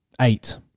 eight